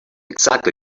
exactly